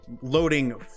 loading